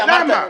למה?